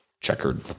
checkered